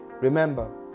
Remember